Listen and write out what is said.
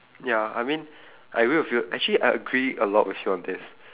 ya I mean I will with you actually I agree a lot with you on this